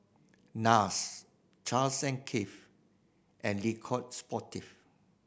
Nars Charles and Keith and Le Coq Sportif